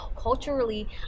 culturally